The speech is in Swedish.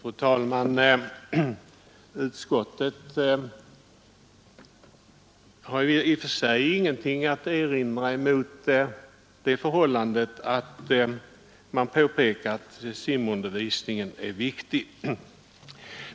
Fru talman! Utskottet har i och för sig ingenting att erinra mot att man påpekar att simundervisningen är viktig.